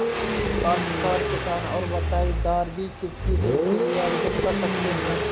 काश्तकार किसान और बटाईदार भी कृषि ऋण के लिए आवेदन कर सकते हैं